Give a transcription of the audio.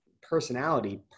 personality